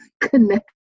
connect